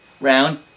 round